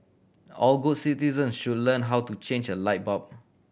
all good citizen should learn how to change a light bulb